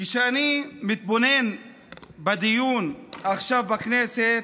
כשאני מתבונן בדיון עכשיו בכנסת,